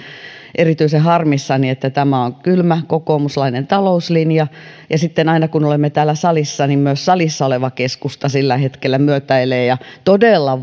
erityisen harmissani että tämä on kylmä kokoomuslainen talouslinja ja sitten aina kun olemme täällä salissa myös salissa oleva keskusta sillä hetkellä myötäilee ja todella